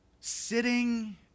sitting